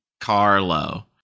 carlo